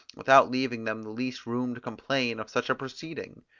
without leaving them the least room to complain of such a proceeding.